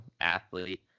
athlete